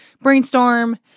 brainstorm